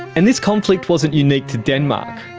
and this conflict wasn't unique to denmark.